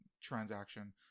transaction